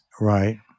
Right